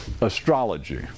astrology